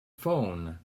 phone